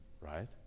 right